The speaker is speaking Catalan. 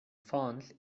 fonts